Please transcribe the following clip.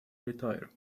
retire